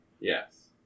Yes